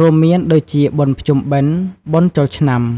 រួមមានដូចជាបុណ្យភ្ជុំបិណ្ឌ បុណ្យចូលឆ្នាំ។